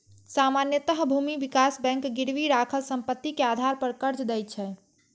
सामान्यतः भूमि विकास बैंक गिरवी राखल संपत्ति के आधार पर कर्ज दै छै